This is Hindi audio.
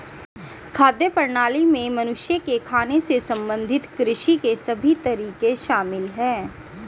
खाद्य प्रणाली में मनुष्य के खाने से संबंधित कृषि के सभी तरीके शामिल है